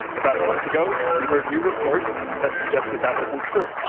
about a month ago, we heard new reports that suggested that wasn't true.